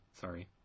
sorry